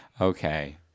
Okay